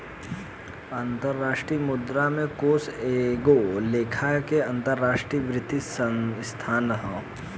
अंतरराष्ट्रीय मुद्रा कोष एगो लेखा के अंतरराष्ट्रीय वित्तीय संस्थान ह